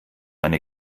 eine